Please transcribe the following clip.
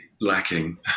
lacking